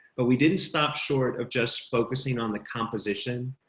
but we didn't stop short of just focusing on the composition.